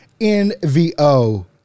NVO